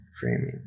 framing